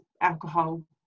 alcohol